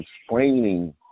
explaining